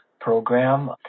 program